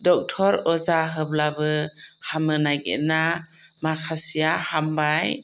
doctor अजा होब्लाबो हामनो नागिरला माखासेया हामबाय